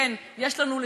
כן, יש לנו,